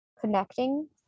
connecting